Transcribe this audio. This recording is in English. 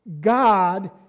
God